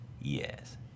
Yes